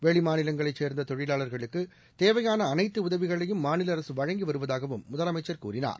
வெளிமாநிலங்களைச் சேர்ந்ததொழிலாளர்களுக்குதேவையானஅனைத்துஉதவிகளையும் மாநிலஅரசுவழங்கிவருவதாகவும் முதலமைச்சர் கூறினார்